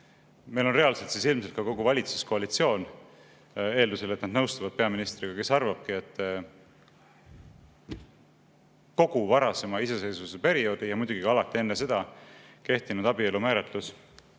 meil on reaalselt ilmselt ka selline valitsuskoalitsioon – eeldusel, et nad nõustuvad peaministriga –, kes arvavadki, et kogu varasema iseseisvusperioodi ja muidugi ka enne seda kehtinud abielu määratlus